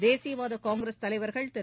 தேசியவாதகாங்கிரஸ் தலைவர்கள் திரு